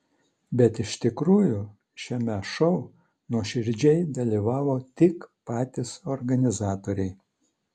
bet iš tikrųjų šiame šou nuoširdžiai dalyvavo tik patys organizatoriai